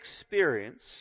experience